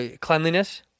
Cleanliness